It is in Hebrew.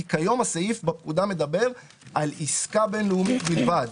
כי כיום הסעיף בפקודה מדבר על עסקה בינלאומית בלבד.